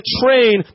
train